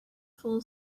full